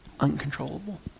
uncontrollable